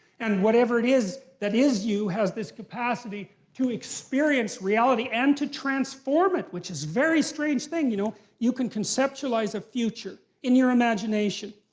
and whatever it is that is you has this capacity to experience reality and to transform it, which is a very strange thing, you know? you can conceptualize a future, in your imagination.